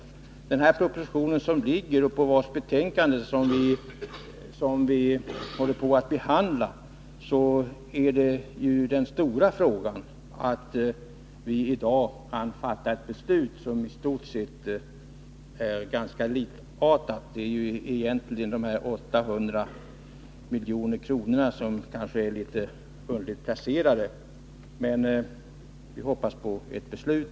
När det gäller den proposition som ligger till grund för det betänkande som vi nu behandlar är den viktiga frågan att vii dag kan fatta ett beslut som i stort sett är ganska lika det förra. Det är egentligen bara dessa 800 milj.kr. som kanske är litet underligt placerade. Vi hoppas på ett beslut.